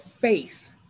faith